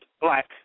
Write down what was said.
black